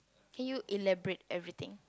can you elaborate everything